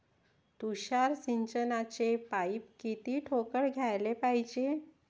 तुषार सिंचनाचे पाइप किती ठोकळ घ्याले पायजे?